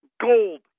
gold